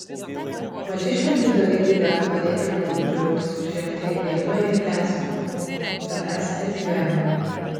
maži šventi dalykai gali padėti žmogui džiaugtis ir žengti į gelmę ir esmę savęs ir gyvenimo